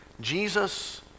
Jesus